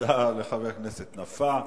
תודה לחבר הכנסת נפאע.